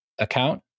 Account